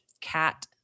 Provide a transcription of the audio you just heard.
cat